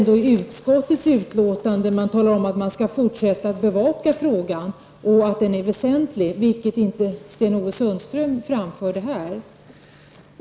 I utskottets utlåtande sägs att man skall fortsätta att bevaka frågan samt att den är väsentlig, vilket Sten-Ove Sundström inte framförde här.